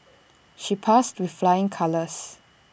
she passed with flying colours